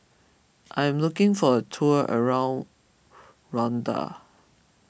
I am looking for a tour around Rwanda